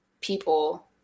people